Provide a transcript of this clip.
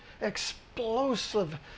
explosive